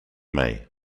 may